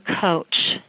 coach